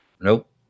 Nope